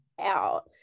out